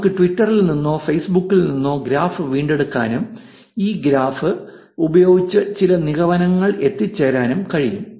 നമുക്ക് ട്വിറ്ററിൽ നിന്നോ ഫെയ്സ്ബുക്കിൽ നിന്നോ ഗ്രാഫ് വീണ്ടെടുക്കാനും ഈ ഗ്രാഫ് ഉപയോഗിച്ച് ചില നിഗമനങ്ങളിൽ എത്തിച്ചേരാനും കഴിയും